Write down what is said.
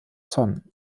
tonnen